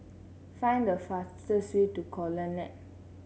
find the fastest way to The Colonnade